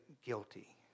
guilty